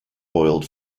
boiled